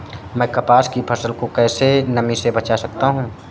मैं कपास की फसल को कैसे नमी से बचा सकता हूँ?